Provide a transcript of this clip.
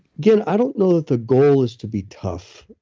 again, i don't know that the goal is to be tough.